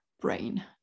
brain